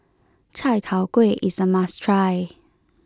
Chai Tow Kway is a must try